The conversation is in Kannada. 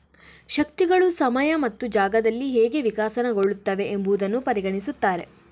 ಶಕ್ತಿಗಳು ಸಮಯ ಮತ್ತು ಜಾಗದಲ್ಲಿ ಹೇಗೆ ವಿಕಸನಗೊಳ್ಳುತ್ತವೆ ಎಂಬುದನ್ನು ಪರಿಗಣಿಸುತ್ತಾರೆ